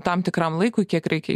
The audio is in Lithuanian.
tam tikram laikui kiek reikia